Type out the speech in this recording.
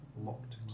Locked